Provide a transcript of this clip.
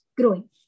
growing